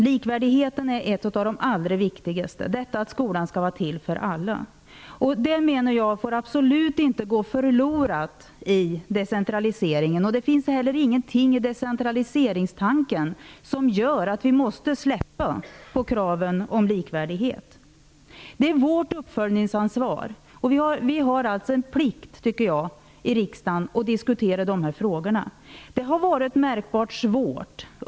Likvärdigheten är ett av de allra viktigaste. Skolan skall vara till för alla. Det får absolut inte gå förlorat i decentraliseringen. Det finns inte heller någonting i decentraliseringstanken som gör att vi måste släppa på kraven på likvärdighet. Det är vårt uppföljningsansvar. Vi har alltså en plikt att diskutera dessa frågor i riksdagen.